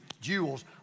jewels